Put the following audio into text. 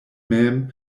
mem